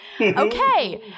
Okay